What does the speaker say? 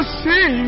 see